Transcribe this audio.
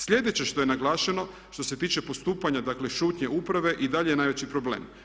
Sljedeće što je naglašeno, što se tiče postupanja, dakle šutnje uprave, i dalje je najveći problem.